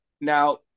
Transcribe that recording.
Now